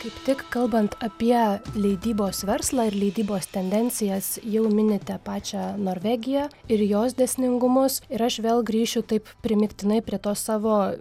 kaip tik kalbant apie leidybos verslą ir leidybos tendencijas jau minite pačią norvegiją ir jos dėsningumus ir aš vėl grįšiu taip primygtinai prie to savo